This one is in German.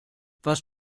was